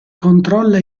controlla